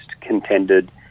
contended